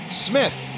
Smith